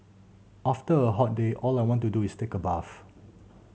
after a hot day all I want to do is take a bath